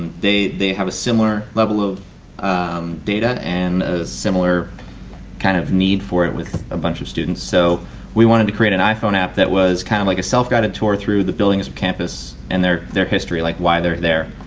they they have a similar level of um data and a similar kind of need for it with a bunch students. so we wanted to create an iphone app that was kind of like a self-guided tour through the buildings of campus and their their history. like why their there.